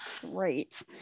great